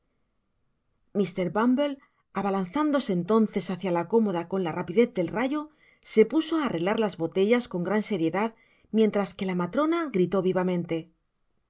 mr bumble abalanzándose entonces luicia la cómoda con la rapidez del rayo se puso á arreglar las botellas con gran seriedad mientras que la matrona gritó vivamente